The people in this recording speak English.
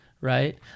right